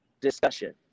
discussion